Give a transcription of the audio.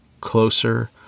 closer